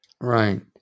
Right